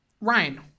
Ryan